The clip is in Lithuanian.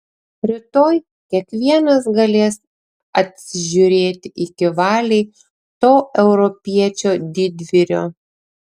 rytoj kiekvienas galės atsižiūrėti iki valiai to europiečio didvyrio